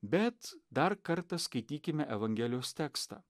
bet dar kartą skaitykime evangelijos tekstą